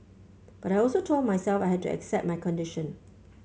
but I also told myself I had to accept my condition